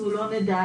אנחנו לא נדע.